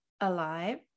alive